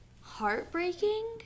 Heartbreaking